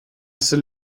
saw